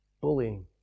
Bullying